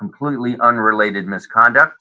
completely unrelated misconduct